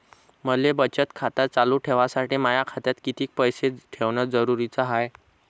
मले बचत खातं चालू ठेवासाठी माया खात्यात कितीक पैसे ठेवण जरुरीच हाय?